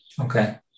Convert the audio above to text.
okay